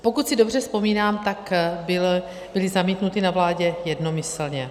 Pokud si dobře vzpomínám, tak byly zamítnuty na vládě jednomyslně.